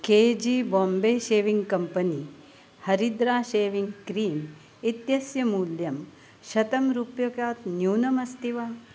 के G Bombay shaving company हरिद्रा shaving cream इत्यस्य मूल्यं शतं रूप्यकात् न्यूनम् अस्ति वा